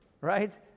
right